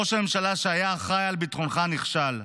ראש הממשלה, שהיה אחראי לביטחונך נכשל,